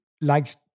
likes